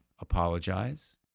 apologize